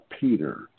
Peter